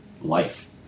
life